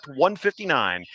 159